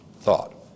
thought